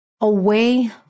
away